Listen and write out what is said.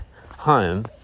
home